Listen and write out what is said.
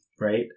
right